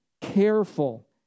careful